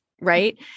Right